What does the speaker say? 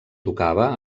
tocava